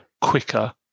quicker